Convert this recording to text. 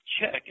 check